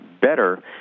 better